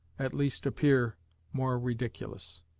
at least appear more ridiculous.